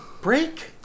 break